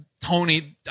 tony